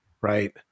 right